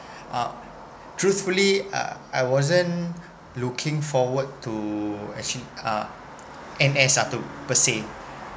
uh truthfully uh I wasn't looking forward to actually uh N_S uh to per se